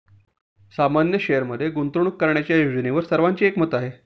सामान्य शेअरमध्ये गुंतवणूक करण्याच्या योजनेवर सर्वांचे एकमत आहे